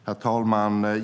Herr talman!